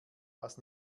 was